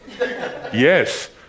Yes